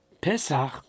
Pesach